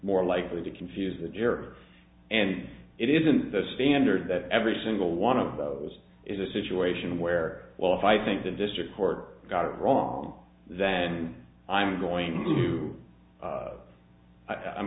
more likely to confuse the jurors and it isn't the standard that every single one of those is a situation where well if i think the district court got it wrong then i'm going to